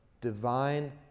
divine